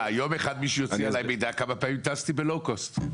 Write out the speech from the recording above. יום אחד מישהו יוציא עלי מידע כמה פעמים טסתי בלאו קוסט.